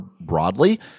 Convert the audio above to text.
broadly